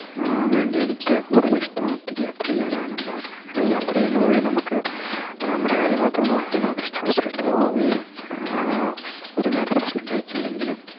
വേണ്ടി എനിക്ക് കൂടുതലിഷ്ടം ഒറ്റയ്ക്ക് യാത്ര ചെയ്യാനാണ് കാരണം അങ്ങനെ യാത്ര ചെയ്യുന്നത് വഴി നമുക്ക് നമ്മുടെ കാര്യം മാത്രം നോക്കി നമുക്കിഷ്ടം ഉള്ള സ്ഥലത്ത് പോകുകയും ഒരു നേരം ഭക്ഷണം കഴിച്ചില്ലെങ്കിലും